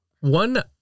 one